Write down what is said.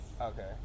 Okay